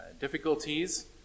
difficulties